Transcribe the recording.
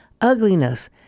ugliness